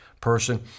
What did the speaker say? person